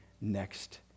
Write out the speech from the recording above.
next